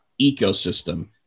ecosystem